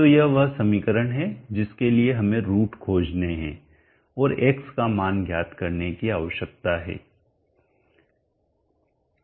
तो यह वह समीकरण है जिसके लिए हमें रूट खोजने है और x का मान ज्ञात करने की आवश्यकता है